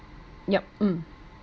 yup mm